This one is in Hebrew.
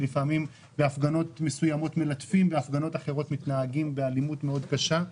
בהפגנות מסוימות מלטפים בהפגנות אחרות מתנהגים באלימות קשה מאוד.